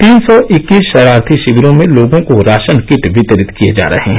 तीन सौ इक्कीस शरणार्थी शिविरों में लोगों को राशन किट वितरित किए जा रहे हैं